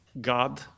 God